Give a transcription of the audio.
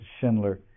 Schindler